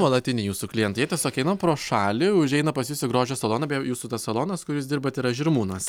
nuolatiniai jūsų klientai jie tiesiog eina pro šalį užeina pas jus į grožio saloną beje jūsų tas salonas kur jūs dirbat yra žirmūnuos